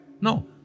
No